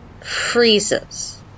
freezes